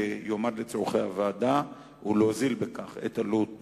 שיועמד לצורכי הוועדה ויוזיל בכך את עלות